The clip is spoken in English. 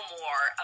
more